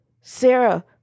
Sarah